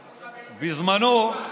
בזמנו,